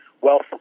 wealth